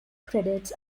credits